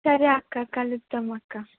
సరే అక్కా కలుద్దాం అక్కా